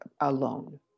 alone